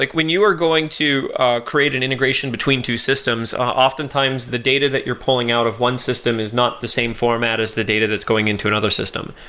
like when you are going to ah create an integration between two systems, oftentimes the data that you're pulling out of one system is not the same format as the data that's going into another system.